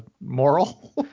moral